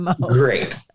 great